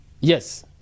Yes